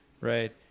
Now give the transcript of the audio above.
Right